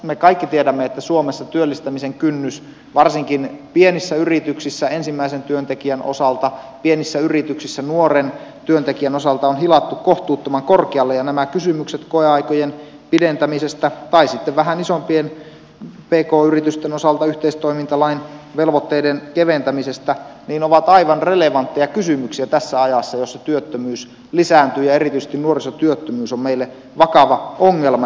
me kaikki tiedämme että suomessa työllistämisen kynnys varsinkin pienissä yrityksissä ensimmäisen työntekijän osalta pienissä yrityksissä nuoren työntekijän osalta on hilattu kohtuuttoman korkealle ja nämä kysymykset koeaikojen pidentämisestä tai sitten vähän isompien pk yritysten osalta yhteistoimintalain velvoitteiden keventämisestä ovat aivan relevantteja kysymyksiä tässä ajassa jossa työttömyys lisääntyy ja erityisesti nuorisotyöttömyys on meille vakava ongelma